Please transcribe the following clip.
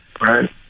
Right